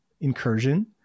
incursion